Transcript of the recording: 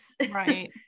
right